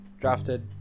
drafted